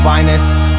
Finest